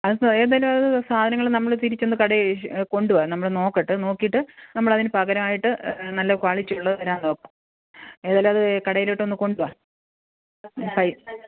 അത് സ്വയം തന്നെ അത് സാധനങ്ങള് നമ്മള് തിരിച്ചൊന്ന് കടയിൽ കൊണ്ട് വാ നമ്മള് നോക്കിയിട്ട് നോക്കിയിട്ട് നമ്മൾ അതിന് പകരവായിട്ട് നല്ല ക്വാളിറ്റി ഉള്ളത് തരാൻ നോക്കാം ഏതായാലും അത് കടയിലോട്ടൊന്ന് കൊണ്ട് വാ പൈ